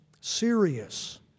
serious